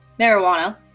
marijuana